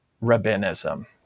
rabbinism